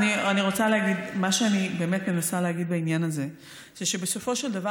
מה שאני באמת מנסה להגיד בעניין הזה הוא שבסופו של דבר,